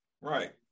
Right